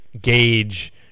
gauge